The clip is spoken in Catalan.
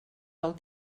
del